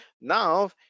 now